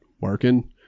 working